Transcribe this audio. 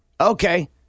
Okay